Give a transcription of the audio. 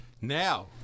Now